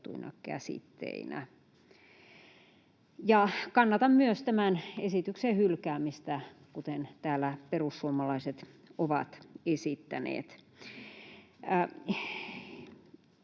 Kannatan myös tämän esityksen hylkäämistä, kuten täällä perussuomalaiset ovat esittäneet.